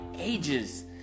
ages